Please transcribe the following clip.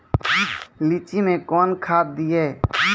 लीची मैं कौन खाद दिए?